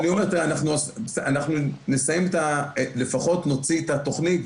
אני אומר: אנחנו לפחות נוציא את התוכנית,